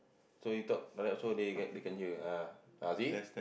so you talk like that also they can they can hear ah ah see